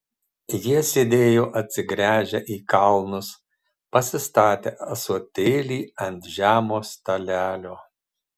jie sėdėjo atsigręžę į kalnus pasistatę ąsotėlį ant žemo stalelio